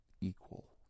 equal